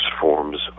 forms